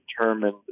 determined